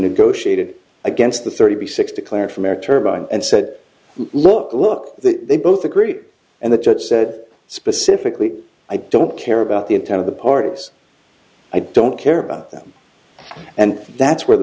negotiated against the thirty six declared from eric turbine and said look look they both agree and the judge said specifically i don't care about the intent of the parties i don't care about them and that's where the